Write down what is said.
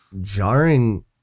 jarring